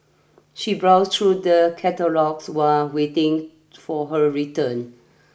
she browsed through the catalogues while waiting for her return